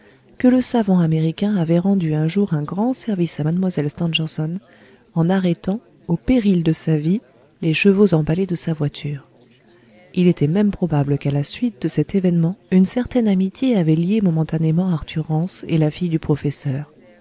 que le savant américain avait rendu un jour un grand service à mlle stangerson en arrêtant au péril de sa vie les chevaux emballés de sa voiture il était même probable qu'à la suite de cet événement une certaine amitié avait lié momentanément arthur rance et la fille du professeur